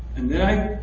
and then i.